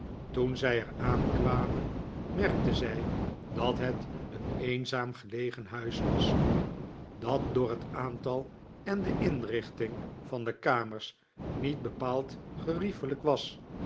toen zij er aankwamen merkten zij dat het een eenzaam gelegen huis was dat door het aantal en de inrichting van de kamers niet bepaald geriefelijk was